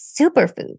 superfood